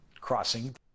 crossing